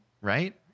right